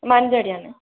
മാനന്തവാടിയാണ്